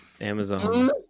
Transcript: Amazon